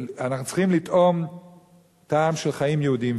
אנחנו צריכים לטעום טעם של חיים יהודיים,